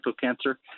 cancer